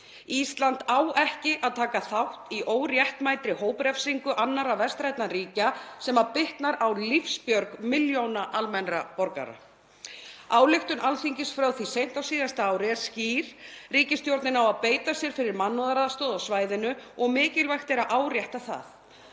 Ísland á ekki að taka þátt í óréttmætri hóprefsingu annarra vestrænna ríkja sem bitnar á lífsbjörg milljóna almennra borgara. Ályktun Alþingis frá því seint á síðasta ári er skýr; ríkisstjórnin á að beita sér fyrir mannúðaraðstoð á svæðinu, og mikilvægt er að árétta það.